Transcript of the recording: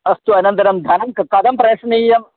अस्तु अनन्तरं धनं कथं प्रेषणीयम्